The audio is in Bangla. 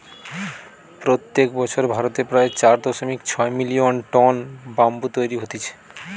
প্রত্যেক বছর ভারতে প্রায় চার দশমিক ছয় মিলিয়ন টন ব্যাম্বু তৈরী হতিছে